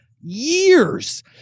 Years